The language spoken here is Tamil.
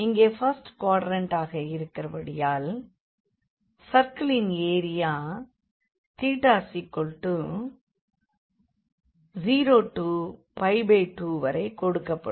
இங்கே ஃபர்ஸ்ட் குவாட்ரண்ட் ஆக இருக்கிற படியால் சர்க்கிளின் ஏரியா θ0 to2வரை கொடுக்கப்படும்